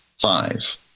Five